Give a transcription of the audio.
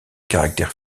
caractère